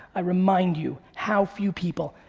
i remind you how few people,